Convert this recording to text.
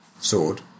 sword